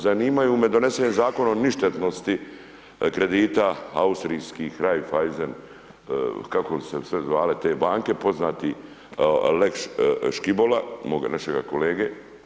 Zanimaju me doneseni Zakon o ništetnosti kredita austrijskih Raiffeisen, kako su se sve zvale te banke, poznati lex Škibola, moga, našega kolege.